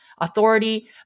authority